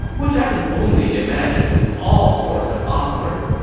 which i can only imagine was all sorts of awkward.